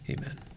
Amen